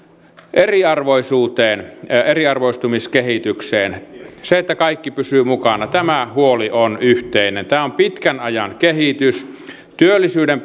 eriarvoisuuteen eriarvoistumiskehitykseen huoli siitä että kaikki pysyvät mukana on yhteinen tämä on pitkän ajan kehitys työllisyyden